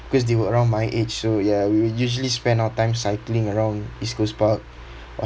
cause they were around my age so ya we usually spend our time cycling around east coast park